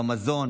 במזון,